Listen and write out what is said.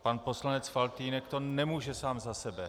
Pan poslanec Faltýnek to nemůže sám za sebe.